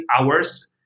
hours